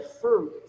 fruit